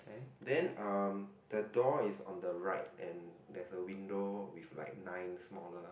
then um the door is on the right and there's a window with like nine smaller